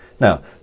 Now